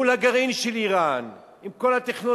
מול הגרעין של אירן, עם כל הטכנולוגיות.